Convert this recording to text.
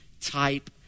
type